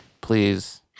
please